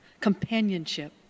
companionship